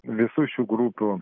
visų šių grupių